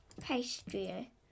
pastry